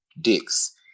dicks